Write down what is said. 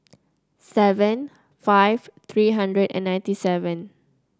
seven five three hundred and ninety seven